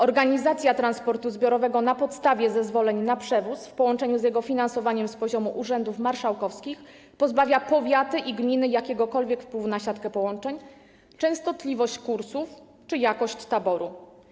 Organizacja transportu zbiorowego na podstawie zezwolenia na przewóz w połączeniu z jego finansowaniem z poziomu urzędów marszałkowskich pozbawia powiaty i gminy jakiegokolwiek wpływu na siatkę połączeń, częstotliwość kursów czy jakość taboru.